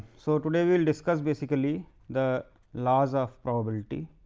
so, today we will discuss basically the laws of probability